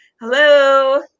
Hello